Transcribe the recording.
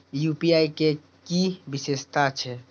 UPI के कि विषेशता छै?